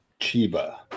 chiba